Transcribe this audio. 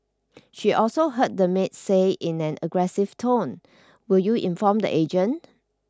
she also heard the maid say in an aggressive tone will you inform the agent